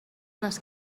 les